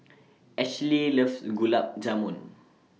Ashly loves Gulab Jamun